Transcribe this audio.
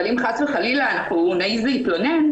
אבל אם חס וחלילה נעז להתלונן,